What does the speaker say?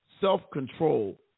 Self-control